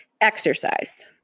Exercise